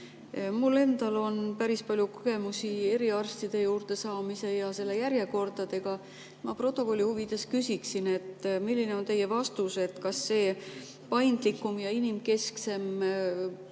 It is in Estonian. Mul endal on päris palju kogemusi eriarstide juurde saamise ja järjekordadega. Ma protokolli huvides küsin, et milline on teie vastus. Kas see paindlikum ja inimkesksem puudutab